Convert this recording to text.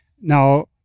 now